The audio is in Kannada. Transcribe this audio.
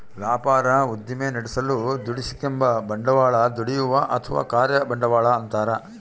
ವ್ಯಾಪಾರ ಉದ್ದಿಮೆ ನಡೆಸಲು ದುಡಿಸಿಕೆಂಬ ಬಂಡವಾಳ ದುಡಿಯುವ ಅಥವಾ ಕಾರ್ಯ ಬಂಡವಾಳ ಅಂತಾರ